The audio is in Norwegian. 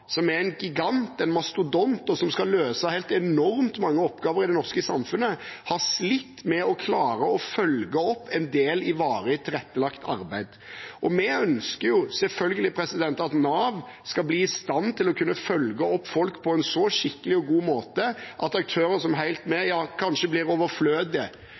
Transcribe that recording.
som er en gigant, en mastodont, og som skal løse helt enormt mange oppgaver i det norske samfunnet, har slitt med å klare å følge opp en del i varig tilrettelagt arbeid. Vi ønsker selvfølgelig at Nav skal bli i stand til å kunne følge opp folk på en så skikkelig og god måte at aktører som Helt Med kanskje blir overflødige,